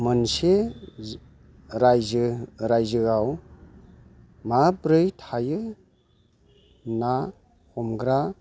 मोनसे रायजो रायजोआव माब्रै थायो ना हग्रा